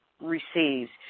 receives